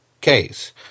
case